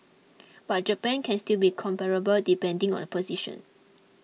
but Japan can still be comparable depending on the position